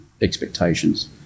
expectations